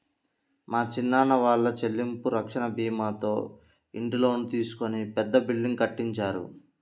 మా చిన్నాన్న వాళ్ళు చెల్లింపు రక్షణ భీమాతో ఇంటి లోను తీసుకొని పెద్ద బిల్డింగ్ కట్టించారు